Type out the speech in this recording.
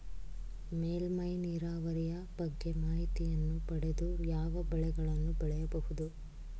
ಮೇಲ್ಮೈ ನೀರಾವರಿಯ ಬಗ್ಗೆ ಮಾಹಿತಿಯನ್ನು ಪಡೆದು ಯಾವ ಬೆಳೆಗಳನ್ನು ಬೆಳೆಯಬಹುದು?